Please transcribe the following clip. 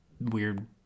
weird